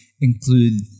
include